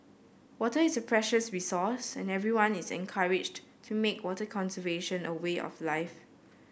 water is a precious resource and everyone is encouraged to make water conservation a way of life